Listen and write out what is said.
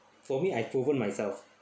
for me I proven myself